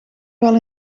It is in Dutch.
wel